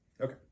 okay